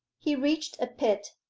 he reached a pit,